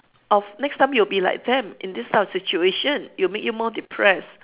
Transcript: of next time you will be like them in this type of situation it will make you more depressed